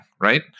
right